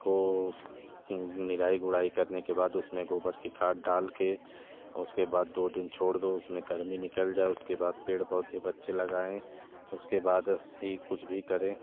को निराई गुड़ाई करने के बाद उसमें गोबर की खाद डाल के और उसके बाद दो दिन छोड़ दो उसमें गर्मी निकल जाए उसके बाद पेड़ पौधे बच्चे लगाऍं उसके बाद ही कुछ भी करें